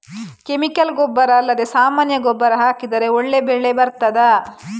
Chemical ಗೊಬ್ಬರ ಅಲ್ಲದೆ ಸಾಮಾನ್ಯ ಗೊಬ್ಬರ ಹಾಕಿದರೆ ಒಳ್ಳೆ ಬೆಳೆ ಬರ್ತದಾ?